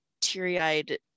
teary-eyed